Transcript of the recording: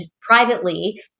privately